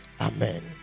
Amen